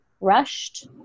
rushed